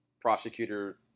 prosecutor